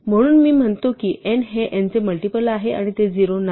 म्हणून मी हे म्हणतो की n हे n चे मल्टिपल आहे आणि ते 0 नाही